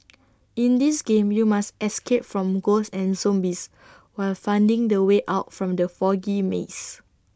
in this game you must escape from ghosts and zombies while finding the way out from the foggy maze